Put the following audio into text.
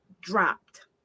dropped